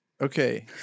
Okay